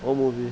what movie